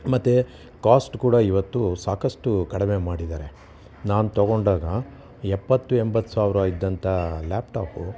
ಮತ್ತು ಕಾಸ್ಟ್ ಕೂಡ ಇವತ್ತು ಸಾಕಷ್ಟು ಕಡಿಮೆ ಮಾಡಿದ್ದಾರೆ ನಾನು ತಗೊಂಡಾಗ ಎಪ್ಪತ್ತು ಎಂಬತ್ತು ಸಾವಿರ ಇದ್ದಂಥ ಲ್ಯಾಪ್ ಟಾಪು